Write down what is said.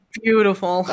beautiful